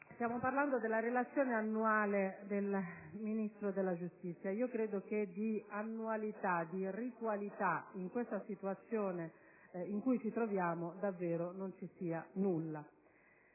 stiamo parlando della Relazione annuale del Ministro della giustizia: credo che di annualità, di ritualità, nella situazione in cui ci troviamo, davvero non ci sia nulla.